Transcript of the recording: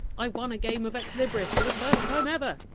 i won a game of ex libris for the first time ever!